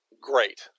Great